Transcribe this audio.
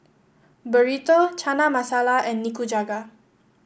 Burrito Chana Masala and Nikujaga